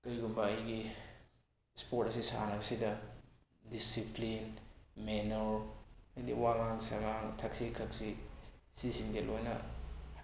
ꯀꯔꯤꯒꯨꯝꯕ ꯑꯩꯒꯤ ꯁ꯭ꯄꯣꯔꯠ ꯑꯁꯤ ꯁꯥꯟꯅꯕꯁꯤꯗ ꯗꯤꯁꯤꯄ꯭ꯂꯤꯟ ꯃꯦꯟꯅꯔ ꯍꯥꯏꯗꯤ ꯋꯥꯉꯥꯡ ꯁꯉꯥꯡ ꯊꯛꯁꯤ ꯈꯁꯤ ꯁꯤꯁꯤꯡꯁꯦ ꯂꯣꯏꯅ